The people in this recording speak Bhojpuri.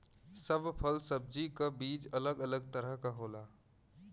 सब फल सब्जी क बीज अलग अलग तरह क होला